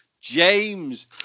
james